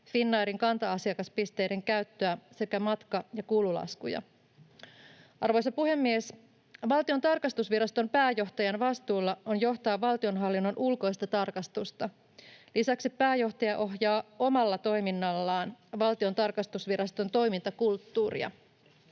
Finnairin kanta-asiakaspisteiden käyttöä sekä matka- ja kululaskuja. Arvoisa puhemies! Valtion tarkastusviraston pääjohtajan vastuulla on johtaa valtionhallinnon ulkoista tarkastusta. Lisäksi pääjohtaja ohjaa omalla toiminnallaan Valtion tarkastusviraston toimintakulttuuria.